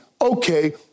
Okay